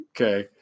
okay